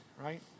right